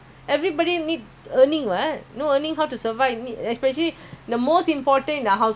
okay second second come in maybe phone lah okay because you need to use phone here and there to call